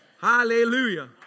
Hallelujah